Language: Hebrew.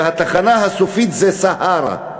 והתחנה הסופית זה סהרה.